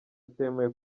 atemewe